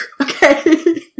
Okay